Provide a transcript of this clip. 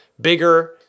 bigger